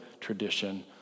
tradition